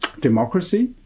democracy